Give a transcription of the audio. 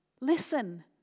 Listen